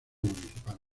municipal